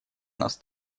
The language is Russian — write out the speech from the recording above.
нас